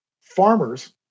farmers